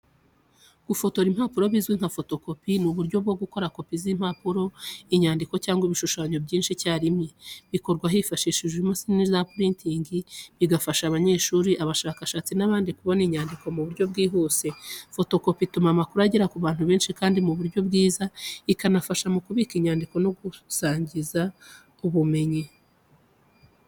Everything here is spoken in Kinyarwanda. Gufotora impapuro, bizwi nka photocopy, ni uburyo bwo gukora copy z’impapuro, inyandiko cyangwa ibishushanyo byinshi icyarimwe. Bikorwa hifashishijwe imashini za printing, bigafasha abanyeshuri, abashakashatsi n’abandi kubona inyandiko mu buryo bwihuse. Photocopy ituma amakuru agera ku bantu benshi kandi mu buryo bwiza, ikanafasha mu kubika inyandiko no gusangira ubumenyi.